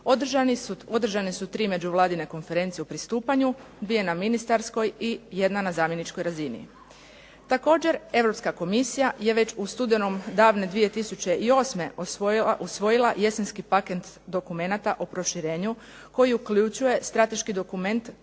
održane su tri međuvladine konferencije o pristupanju, dvije na ministarskoj i jedna na zamjeničkoj razini. Također Europska Komisija je već u studenom davne 2008. usvojila jesenski paket dokumenata o proširenju koji uključuje strateški dokument